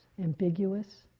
ambiguous